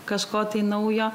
kažko naujo